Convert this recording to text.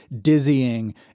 dizzying